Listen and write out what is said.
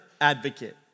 advocate